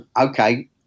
Okay